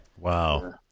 Wow